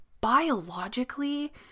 biologically